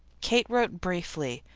kate wrote briefly,